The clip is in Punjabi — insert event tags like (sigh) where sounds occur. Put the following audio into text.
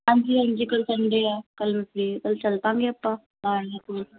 ਹਾਂਜੀ ਹਾਂਜੀ ਕੱਲ੍ਹ ਸੰਡੇ ਆ ਕੱਲ੍ਹ (unintelligible) ਕੱਲ੍ਹ ਚੱਲ ਪਾਂਗੇ ਆਪਾਂ (unintelligible)